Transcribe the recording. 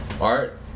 art